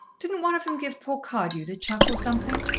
didn't one of them give poor cardew the chuck or something?